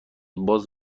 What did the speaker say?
باز